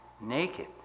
naked